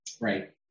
Right